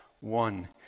one